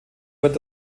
wird